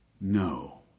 No